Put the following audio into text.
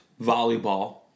volleyball